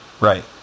Right